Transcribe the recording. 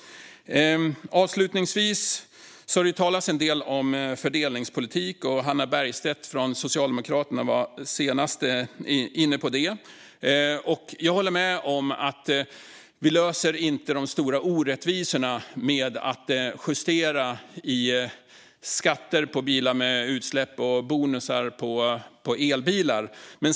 Avslutningsvis: Det har talats en del om fördelningspolitik, bland annat av Hannah Bergstedt från Socialdemokraterna. Jag håller med om att vi inte löser de stora orättvisorna med att justera i skatter på bilar med utsläpp och bonusar på elbilar.